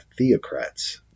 Theocrats